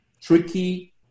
tricky